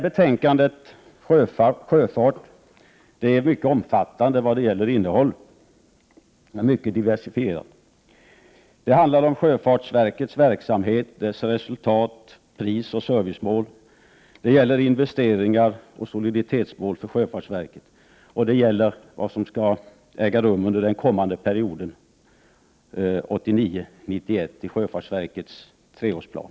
Betänkandet Sjöfart är mycket omfattande vad gäller innehållet. Det är mycket diversifierat. Det handlar om sjöfartsverkets verksamhet, dess resultat, prisoch servicemål. Det gäller investeringar och soliditetsmål för sjöfartsverket, och det gäller vad som skall äga rum under treårsperioden 1989-1991 i sjöfartsverkets treårsplan.